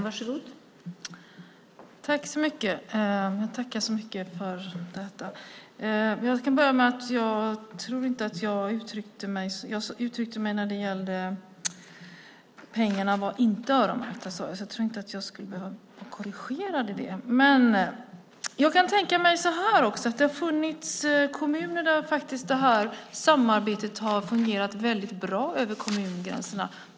Fru talman! Jag tackar så mycket för detta. Jag tror att jag sade att pengarna inte var öronmärkta, så jag tror inte att jag behöver bli korrigerad. Jag kan tänka mig att det har funnits kommuner där samarbetet har fungerat väldigt bra över kommungränserna.